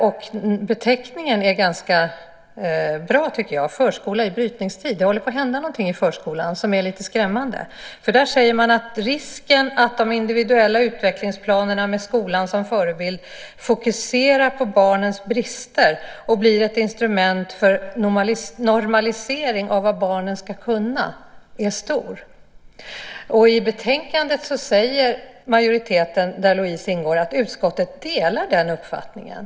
Beteckningen är ganska bra: förskola i brytningstid. Det håller på att hända någonting i förskolan som är lite skrämmande. Där säger man att risken är stor att de individuella utvecklingsplanerna med skolan som förebild fokuserar på barnens brister och blir ett instrument för normalisering av vad barnen ska kunna. I betänkandet säger majoriteten, där Louise ingår, att utskottet delar den uppfattningen.